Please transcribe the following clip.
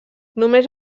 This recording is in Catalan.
només